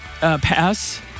Pass